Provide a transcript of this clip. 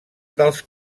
dels